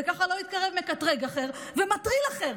וככה לא יתקרב מקטרג אחר ומטריל אחר.